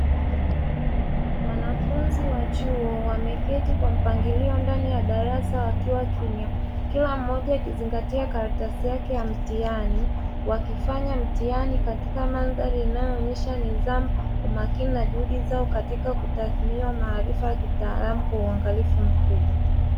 Wanafunzi wa chuo wameketi kwa mpangilio ndani ya darasa wakiwa kimya kila moja akizingatia karatasi yake ya mtihani, wakifanya mtihani katika mandari inayoonyesha nidhamu, umakini na juhudi zao katika kutathiniwa maaarifa ya kitaalamu kwa ungalifu mkubwa.